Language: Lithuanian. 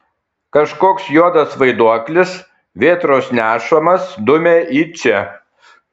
kažkoks juodas vaiduoklis vėtros nešamas dumia į čia